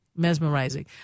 Mesmerizing